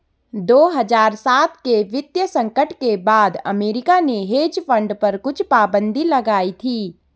दो हज़ार सात के वित्तीय संकट के बाद अमेरिका ने हेज फंड पर कुछ पाबन्दी लगाई थी